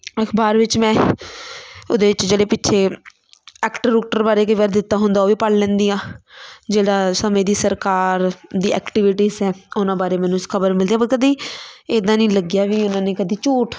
ਅਖਬਾਰ ਵਿੱਚ ਮੈਂ ਉਹਦੇ ਵਿੱਚ ਜਿਹੜੇ ਪਿੱਛੇ ਐਕਟਰ ਊਕਟਰ ਬਾਰੇ ਕਈ ਵਾਰ ਦਿੱਤਾ ਹੁੰਦਾ ਉਹ ਵੀ ਪੜ੍ਹ ਲੈਂਦੀ ਆ ਜਿਹੜਾ ਸਮੇਂ ਦੀ ਸਰਕਾਰ ਦੀ ਐਕਟੀਵਿਟੀਜ ਹੈ ਉਹਨਾਂ ਬਾਰੇ ਮੈਨੂੰ ਇਸ ਖਬਰ ਮਿਲਦੀ ਪਰ ਕਦੇ ਇੱਦਾਂ ਨਹੀਂ ਲੱਗਿਆ ਵੀ ਉਹਨਾਂ ਨੇ ਕਦੇ ਝੂਠ